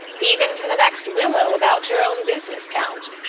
even to the next willow, about your own business, count.